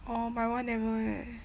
orh my one never eh